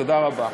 תודה רבה.